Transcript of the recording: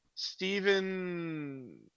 Stephen